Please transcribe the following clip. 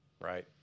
right